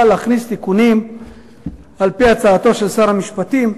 להכניס תיקונים על-פי הצעתו של שר המשפטים,